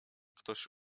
ktoś